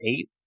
eight